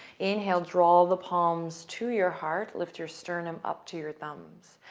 inhale. draw the palms to your heart. lift your sternum up to your thumbs.